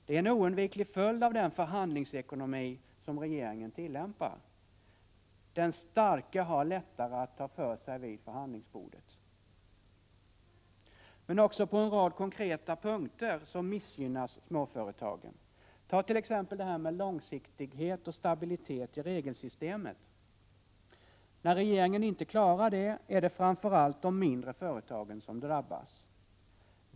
Det är en oundviklig följd av den förhandlingsekonomi som regeringen tillämpar. Den starke har lättare att ta för sig vid förhandlingsbordet. Men också på en rad konkreta punkter missgynnas småföretagen. Ta t.ex. det här med långsiktighet och stabilitet i regelsystemet. När regeringen inte klarar det är det framför allt de mindre företagen som drabbas.